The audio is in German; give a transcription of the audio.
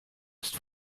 ist